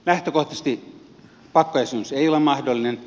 lähtökohtaisesti pakkojäsenyys ei ole mahdollinen